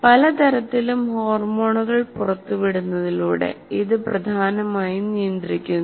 പലതരം ഹോർമോണുകൾ പുറത്തുവിടുന്നതിലൂടെ ഇത് പ്രധാനമായും നിയന്ത്രിക്കുന്നു